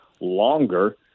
longer